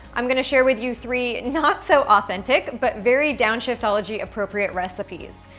i'm gonna share with you three not-so-authentic, but very downshiftology-appropriate recipes,